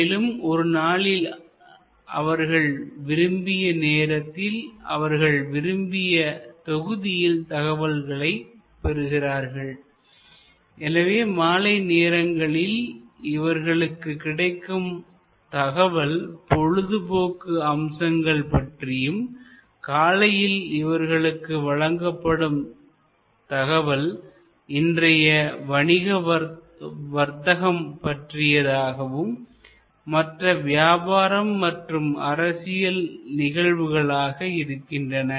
மேலும் ஒரு நாளில் அவர்கள் விரும்பிய நேரத்தில் அவர்கள் விரும்பிய தொகுதியில் தகவல்களை பெறுகிறார்கள் எனவே மாலை நேரங்களில் இவர்களுக்கு கிடைக்கும் தகவல் பொழுதுபோக்கு அம்சங்கள் பற்றியும் காலையில் இவர்களுக்கு வழங்கப்படும் தகவல் இன்றைய வணிக வர்த்தகம் பற்றியதாகவும் மற்ற வியாபாரம் மற்றும் அரசியல் நிகழ்வுகளாக இருக்கின்றன